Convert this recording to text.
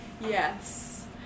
Yes